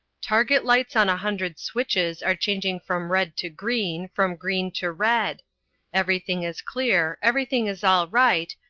target lights on a hundred switches are changing from red to green, from green to red everything is clear, everything is all right,